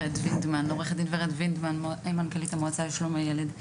עו"ד ורד וינדמן, מנכ"לית המועצה לשלום הילד.